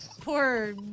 poor